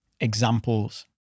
Examples